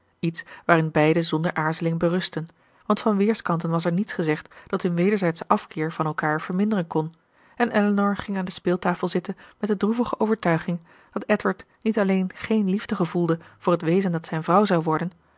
iets waarin beiden zonder aarzeling berustten want van weerskanten was er niets gezegd dat hun wederzijdschen afkeer van elkaar verminderen kon en elinor ging aan de speeltafel zitten met de droevige overtuiging dat edward niet alleen geen liefde gevoelde voor het wezen dat zijn vrouw zou worden